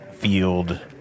field